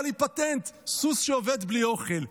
היה לי פטנט, סוס שעובד בלי אוכל.